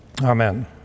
amen